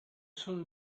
sun